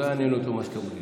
לא יעניין אותו מה שתאמרי.